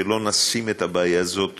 שלא נשים את הבעיה הזאת